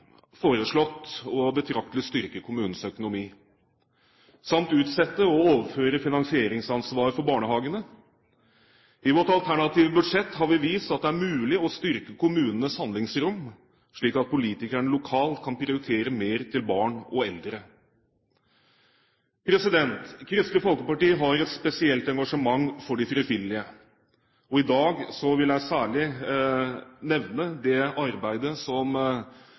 foreslått å styrke kommunens økonomi betraktelig samt utsette å overføre finansieringsansvaret for barnehagene. I vårt alternative budsjett har vi vist at det er mulig å styrke kommunenes handlingsrom, slik at politikerne lokalt kan prioritere mer til barn og eldre. Kristelig Folkeparti har et spesielt engasjement for de frivillige, og i dag vil jeg særlig nevne det arbeidet som